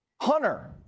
Hunter